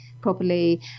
properly